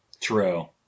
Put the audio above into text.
True